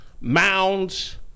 Mounds